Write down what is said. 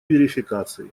верификации